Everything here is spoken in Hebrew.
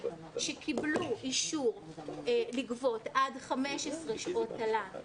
שקיבלו אישור לגבות עד 15 שעות תל"ן,